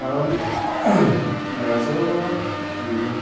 কাৰণ ৰাজহুৱা